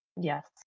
Yes